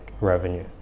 revenue